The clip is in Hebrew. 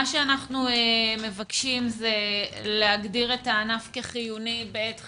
מה שאנחנו מבקשים זה להגדיר את הענף כחיוני בעת חירום.